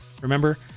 remember